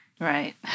Right